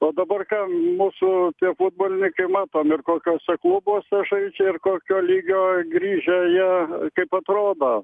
o dabar mūsų tie futbolininkai matom ir kokiuose klubuose žaidžia ir kokio lygio grįžę jie kaip atrodo